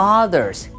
others